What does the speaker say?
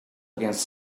against